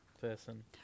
person